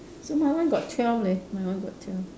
so my one got twelve leh my one got twelve